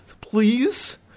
please